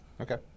Okay